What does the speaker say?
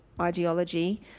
ideology